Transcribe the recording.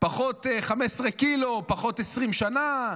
פחות 15 קילו, פחות 20 שנה.